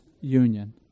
union